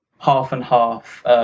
half-and-half